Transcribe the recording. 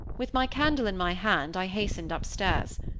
with my candle in my hand, i hastened upstairs.